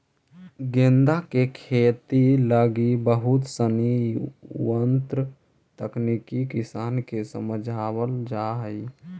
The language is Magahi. गेंदा के खेती लगी बहुत सनी उन्नत तकनीक किसान के समझावल जा हइ